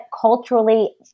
culturally